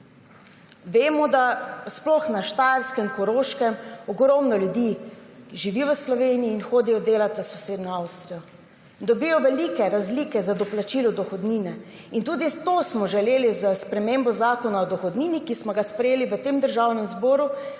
Vemo, da sploh na Štajerskem, Koroškem ogromno ljudi živi v Sloveniji in hodi delat v sosednjo Avstrijo. Dobijo velike razlike za doplačilo dohodnine in tudi to smo želeli s spremembo Zakona o dohodnini, ki smo ga sprejeli v Državnem zboru